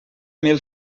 mil